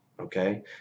okay